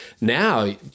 now